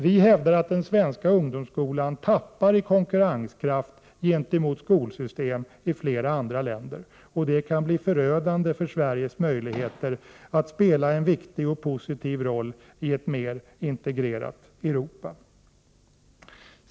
Vi hävdar att den svenska ungdomsskolan tappar i konkurrenskraft gentemot skolsystemen i flera andra länder. Detta kan bli förödande för Sveriges möjligheter att spela en viktig och positiv roll i ett mer integrerat Europa.